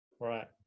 right